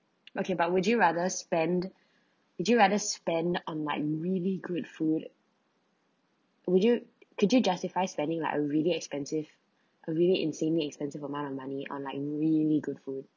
okay but would you rather spend would you rather spend on like really good food would you could you justify spending like a really expensive a really insane expensive amount of money on like really good food